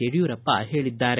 ಯಡಿಯೂರಪ್ಪ ಹೇಳಿದ್ದಾರೆ